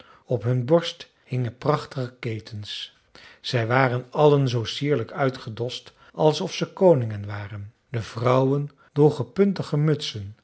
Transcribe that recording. op hun borst hingen prachtige ketens zij waren allen zoo sierlijk uitgedost alsof ze koningen waren de vrouwen droegen puntige mutsen